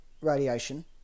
radiation